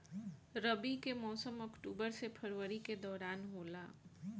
रबी के मौसम अक्टूबर से फरवरी के दौरान होला